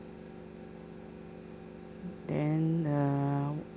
then err